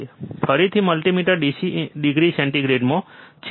ફરીથી multimeter DC degree સેન્ટીગ્રેડમાં છે